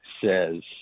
says